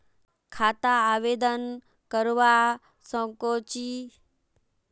खाता आवेदन करवा संकोची?